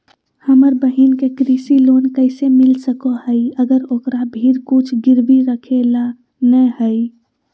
हमर बहिन के कृषि लोन कइसे मिल सको हइ, अगर ओकरा भीर कुछ गिरवी रखे ला नै हइ?